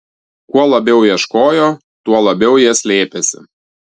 kuo labiau ieškojo tuo labiau jie slėpėsi